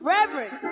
Reverend